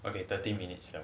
okay thirty minutes left